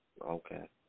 Okay